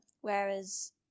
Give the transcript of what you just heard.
whereas